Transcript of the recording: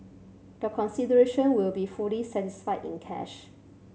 the consideration will be fully satisfied in cash